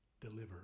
delivered